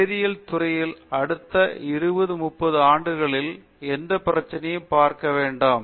வேதியியல் துறையில் அடுத்த 20 30 ஆண்டுகளில் எந்த பிரச்சனையும் பார்க்க வேண்டாம்